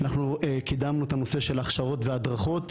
אנחנו קידמנו את הנושא של ההכשרות וההדרכות,